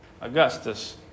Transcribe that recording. Augustus